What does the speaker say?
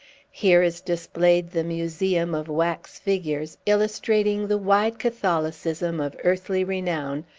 here is displayed the museum of wax figures, illustrating the wide catholicism of earthly renown,